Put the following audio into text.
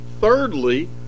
thirdly